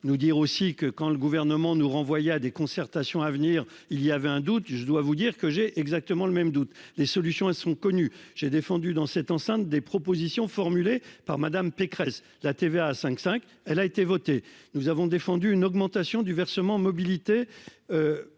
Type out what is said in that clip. nous dire aussi que quand le gouvernement nous renvoyer à des concertations à venir, il y avait un doute, je dois vous dire que j'ai exactement le même doute les solutions, elles sont connues. J'ai défendu dans cette enceinte des propositions formulées par Madame. Pécresse, la TVA à 5 5, elle a été votée. Nous avons défendu une augmentation du versement mobilité.